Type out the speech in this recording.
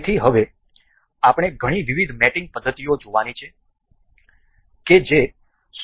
તેથી હવે આપણે ઘણી વિવિધ મેટીંગ પદ્ધતિઓ જોવાની છે કે જે સોલિડ વર્ક્સમાં ઉપલબ્ધ છે